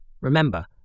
Remember